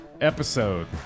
episode